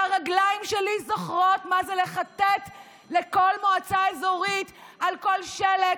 והרגליים שלי זוכרות מה זה לכתת רגליים לכל מועצה אזורית על כל שלט,